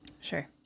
Sure